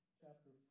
chapter